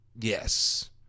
Yes